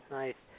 nice